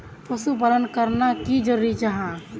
पशुपालन करना की जरूरी जाहा?